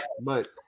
But-